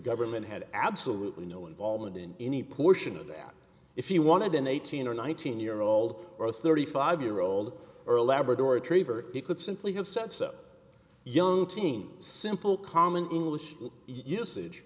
government had absolutely no involvement in any portion of that if you wanted an eighteen or nineteen year old or thirty five year old earl labrador retriever he could simply have said so young teen simple common english usage